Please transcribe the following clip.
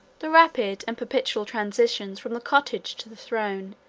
the rapid and perpetual transitions from the cottage to the throne,